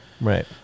Right